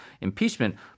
impeachment